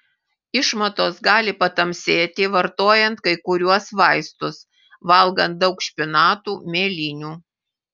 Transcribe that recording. išmatos gali patamsėti vartojant kai kuriuos vaistus valgant daug špinatų mėlynių